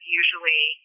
usually